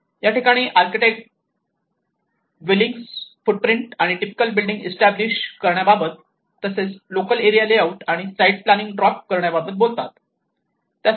याठिकाणी architect dwellings footprint आणि typical key building establish करण्याबाबत तसेच लोकल एरिया लेआउट आणि साईट प्लॅनिंग ड्रॉप करण्याबद्दल बोलतात